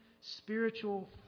spiritual